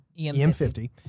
EM50